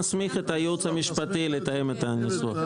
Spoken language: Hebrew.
נסמיך את הייעוץ המשפטי לתאם את הניסוח.